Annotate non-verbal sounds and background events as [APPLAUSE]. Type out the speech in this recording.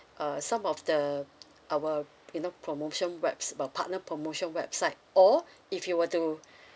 uh some of the our you know promotion webs~ about partner promotion website or if you were to [BREATH]